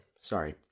Sorry